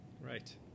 Right